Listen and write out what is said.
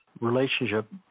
Relationship